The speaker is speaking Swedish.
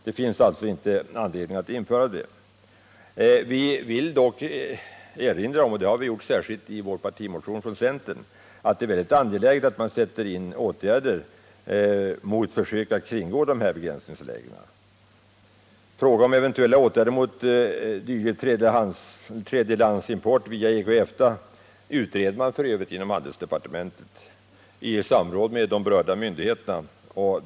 Det finns alltså inte anledning att införa en sådan deklaration. Vi vill dock från centerpartiets sida erinra om — vilket vi även gör i vår partimotion — att det är väldigt angeläget att åtgärder sätts in mot försök att kringgå de här begränsningsreglerna. Frågan om eventuella åtgärder mot tredje lands import via EG och EFTA utreds f. ö. av handelsdepartementet i samråd med berörda myndigheter.